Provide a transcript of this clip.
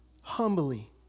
humbly